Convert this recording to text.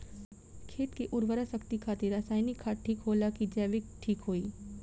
खेत के उरवरा शक्ति खातिर रसायानिक खाद ठीक होला कि जैविक़ ठीक होई?